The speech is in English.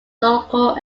local